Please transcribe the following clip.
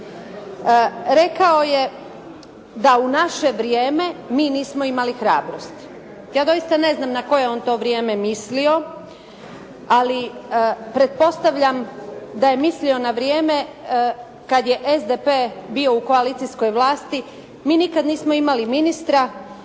Rekao je da u naše vrijeme mi nismo imali hrabrosti. Ja doista ne znam na koje je on to vrijeme mislio, ali pretpostavljam da je mislio na vrijeme kad je SDP bio u koalicijskoj vlasti, mi nikada nismo imali ministra,